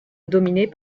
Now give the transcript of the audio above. dominée